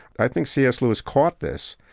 i think c s. lewis caught this,